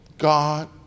God